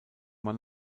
man